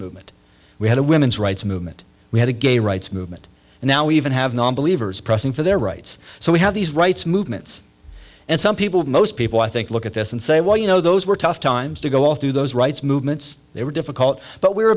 movement we had a women's rights movement we had a gay rights movement and now we even have nonbelievers pressing for their rights so we have these rights movements and some people most people i think look at this and say well you know those were tough times to go all through those rights movements they were difficult but we